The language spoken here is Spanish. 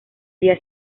día